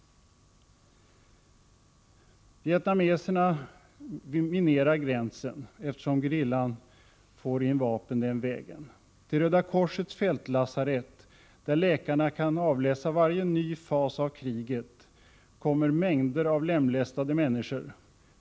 ——- Vietnameserna minerar gränsen, eftersom gerillan får in vapen den vägen. Till Röda korsets fältlasarett, där läkarna kan avläsa varje ny fas av kriget, kommer mängder av lemlästade människor.